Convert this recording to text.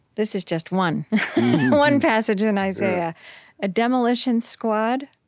this is just one one passage in isaiah a demolition squad,